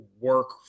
work